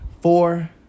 Four